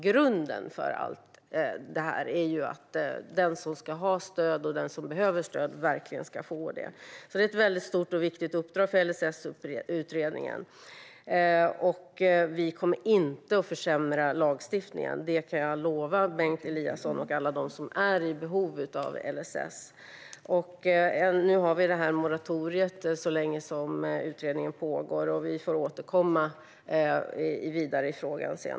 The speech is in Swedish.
Grunden för allt detta är att den som ska ha och verkligen behöver stöd ska få det. Det är ett stort och viktigt uppdrag för LSS-utredningen. Vi kommer inte att försämra lagstiftningen. Det kan jag lova Bengt Eliasson och alla som är i behov av stöd enligt LSS. Nu har vi det här moratoriet så länge utredningen pågår. Vi får återkomma i frågan.